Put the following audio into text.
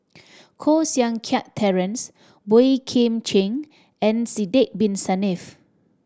Koh Seng Kiat Terence Boey Kim Cheng and Sidek Bin Saniff